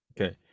okay